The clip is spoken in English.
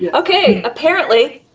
yeah okay, apparently,